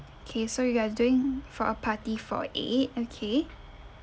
okay so you are doing for a party for eight okay